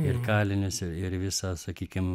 ir kalinius ir visą sakykim